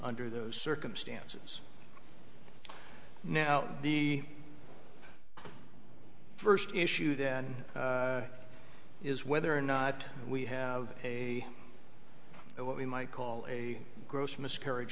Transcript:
under those circumstances now the first issue then is whether or not we have a what we might call a gross miscarriage